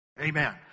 Amen